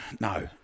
No